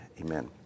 amen